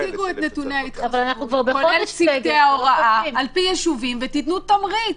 תציגו את נתוני ההתחסנות כולל צוותי ההוראה ותתנו תמריץ.